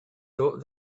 thought